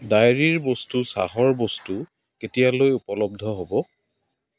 ডায়েৰীৰ বস্তু চাহৰ বস্তু কেতিয়ালৈ উপলব্ধ হ'ব